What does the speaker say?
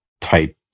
type